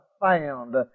found